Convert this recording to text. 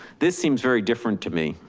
this seems very different to me.